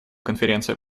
конференция